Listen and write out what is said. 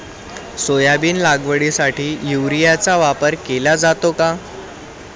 Soybean लागवडीसाठी युरियाचा वापर केला जातो का?